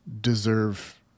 deserve